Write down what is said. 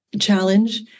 challenge